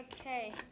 Okay